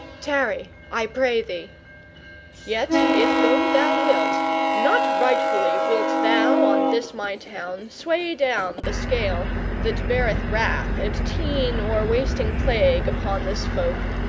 tarry, i pray thee yet, if go thou wilt, not rightfully wilt thou on this my town sway down the scale that beareth wrath and teen or wasting plague upon this folk.